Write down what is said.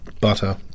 butter